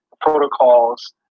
protocols